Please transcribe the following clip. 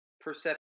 perception